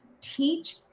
teach